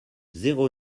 zéro